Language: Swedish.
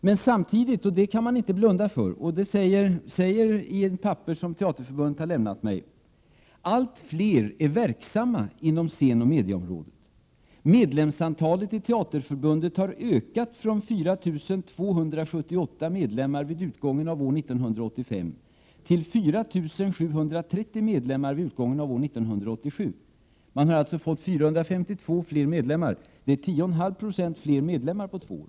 Men samtidigt — och det kan man inte blunda för — sägs det i en skrivelse som jag har fått från Teaterförbundet att allt fler är verksamma inom scenoch medieområdet. Medlemsantalet i Teaterförbundet har ökat från 4 278 vid utgången av 1985 till 4 730 vid utgången av år 1987. Man har alltså fått 452 fler medlemmar. Det innebär alltså 10,5 20 fler medlemmar på två år.